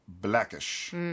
Blackish